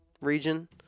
region